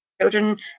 children